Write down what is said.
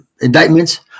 Indictments